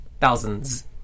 thousands